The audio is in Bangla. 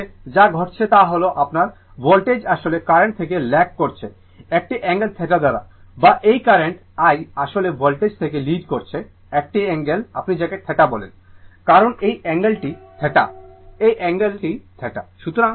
এই ক্ষেত্রে যা ঘটছে তা হল আপনার ভোল্টেজ আসলে কারেন্ট থেকে লাগ্ করছে একটি অ্যাঙ্গেল θ দ্বারা বা এই কারেন্ট I আসলে এই ভোল্টেজ কে লিড করছে একটি অ্যাঙ্গেল আপনি যাকে θ বলেন কারণ এই অ্যাঙ্গেলটি θ এই অ্যাঙ্গেলটি θ